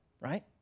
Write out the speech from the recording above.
right